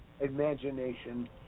imagination